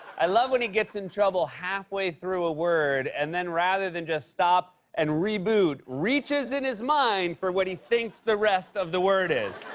i love when he gets in trouble halfway through a word and then rather than just stop and reboot, reaches in his mind for what he thinks the rest of the word is.